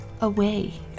away